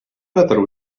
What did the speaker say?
matter